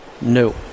No